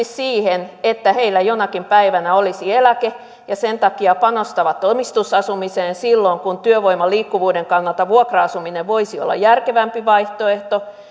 siihen että heillä jonakin päivänä olisi eläke ja sen takia panostavat omistusasumiseen silloin kun työvoiman liikkuvuuden kannalta vuokra asuminen voisi olla järkevämpi vaihtoehto